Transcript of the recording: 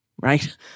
right